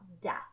death